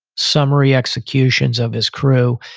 summary executions of his crew.